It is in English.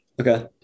Okay